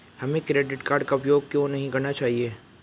हमें credit card का उपयोग क्यों नहीं करना चाहिए?